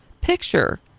picture